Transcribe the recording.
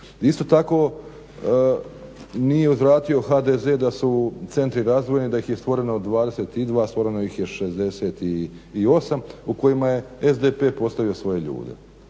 Isto tako, nije uzvratio HDZ da su centri razdvojeni, da ih je stvoreno 22, stvoreno ih je 68 u kojima je SDP postavio svoje ljude,